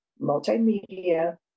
multimedia